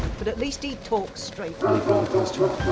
but at least he talks straight. any further questions?